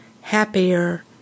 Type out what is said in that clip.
happier